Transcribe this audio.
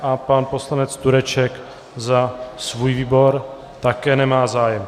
A pan poslanec Tureček za svůj výbor také nemá zájem.